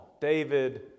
David